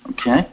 Okay